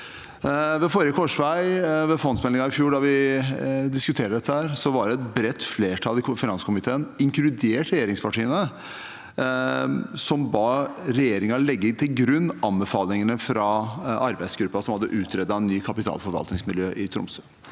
diskuterte det ved fondsmeldingen i fjor, var det et bredt flertall i finanskomiteen – inkludert regjeringspartiene – som ba regjeringen legge til grunn anbefalingene fra arbeidsgruppen som hadde utredet nytt kapitalforvaltningsmiljø i Tromsø.